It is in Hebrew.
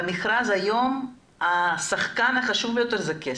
במכרז היום השחקן החשוב ביותר הוא כסף,